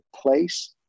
place